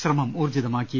ശ്രമം ഊർജ്ജിതമാക്കി